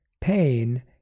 pain